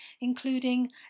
including